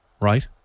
Right